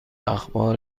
اخبار